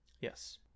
Yes